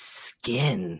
skin